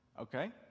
okay